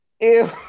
Ew